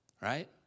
Right